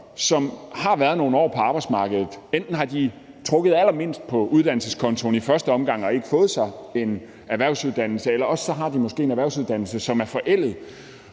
som har været nogle år på arbejdsmarkedet. Enten har de trukket allermindst på uddannelseskontoen i første omgang og ikke fået sig en erhvervsuddannelse, eller også har de måske en erhvervsuddannelse, som er forældet.